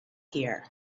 here